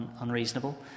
unreasonable